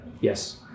Yes